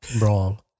wrong